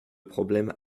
problème